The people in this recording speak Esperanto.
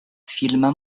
filma